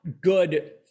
good